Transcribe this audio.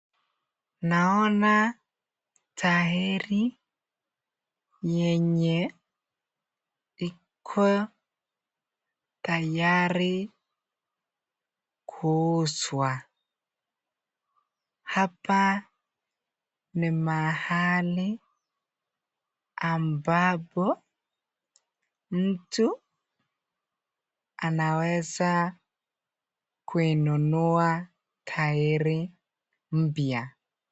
Naona tairi yenye iko tayari kuuzwa hapa ni mahali ambapo mtu anaweza kuinunua tairi mpya.